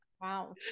wow